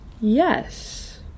Yes